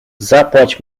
zapłać